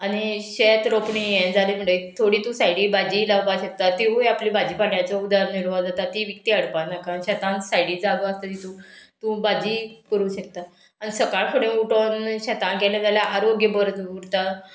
आनी शेत रोपणी हें जालें म्हणजे म्हणटगीर थोडीं तूं सायडी भाजी लावपाक शकता तिवूय आपली भाजी पाटण्याचो उदार निर्वा जाता ती विकती हाडपा नाका शेतांक सायडीन जागो आसता ती तूं भाजी करूं शकता आनी सकाळ फुडें उठोन शेतांत गेले जाल्यार आरोग्य बरो उरता